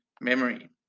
memory